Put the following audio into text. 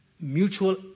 mutual